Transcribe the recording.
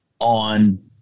on